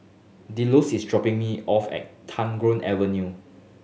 delos is dropping me off at Tagore Avenue